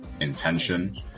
Intention